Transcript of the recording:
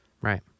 right